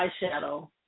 eyeshadow